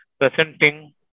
presenting